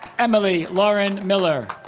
emily lauren miller